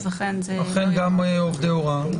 אז אכן זה גם לעובדי הוראה.